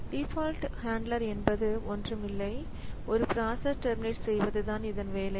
default handler என்பது ஒன்றுமில்லை ஒரு பிராசஸ்ஐ டெர்மினேட் செய்வதுதான் இதன் வேலை